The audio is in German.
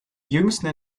jüngsten